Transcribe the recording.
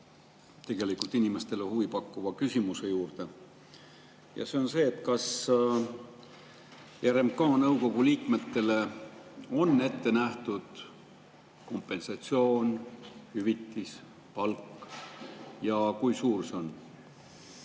tegelikult inimestele huvi pakkuva küsimuse juurde. Ja see on see, kas RMK nõukogu liikmetele on ette nähtud kompensatsioon, hüvitis, palk ja kui on,